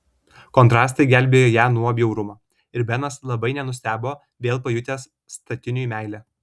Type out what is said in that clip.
kontrastai gelbėjo ją nuo bjaurumo ir benas labai nenustebo vėl pajutęs statiniui meilę